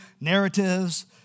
narratives